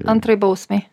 antrai bausmei